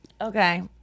Okay